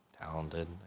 talented